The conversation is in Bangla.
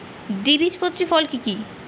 দ্বিবীজপত্রী ফসল কি কি?